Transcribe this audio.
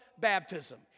baptism